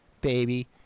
baby